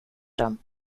dem